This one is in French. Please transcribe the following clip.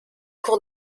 cour